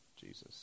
Jesus